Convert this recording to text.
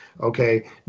okay